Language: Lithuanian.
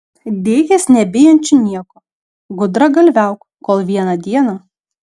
dėkis nebijančiu nieko gudragalviauk kol vieną dieną